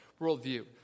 worldview